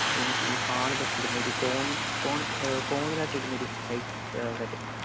അത് ഈ മറ്റേ ഈ ഹാളിലൊക്കെ ഇടുന്നൊരു കോണിലായിട്ടിടുന്ന ഒരു ടൈപ്പ് സെറ്റ്